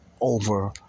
over